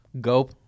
go